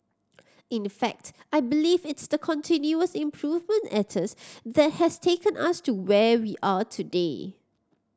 in fact I believe it's the continuous improvement ethos that has taken us to where we are today